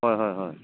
হয় হয় হয়